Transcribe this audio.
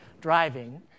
driving